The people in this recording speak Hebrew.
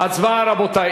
הצבעה, רבותי.